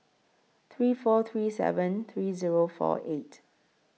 three four three seven three Zero four eight